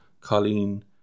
Colleen